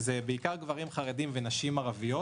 שזה בעיקר גברים חרדים ונשים ערביות,